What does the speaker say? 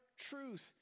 truth